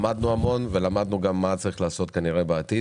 למדנו המון ולמדנו גם מה צריך לעשות בעתיד.